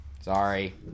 Sorry